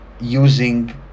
using